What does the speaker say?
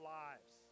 lives